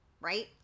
right